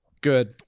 Good